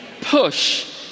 push